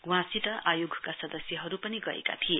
वहाँसित आयोगका सदस्यहरु पनि गएका थिए